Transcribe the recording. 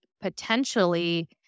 potentially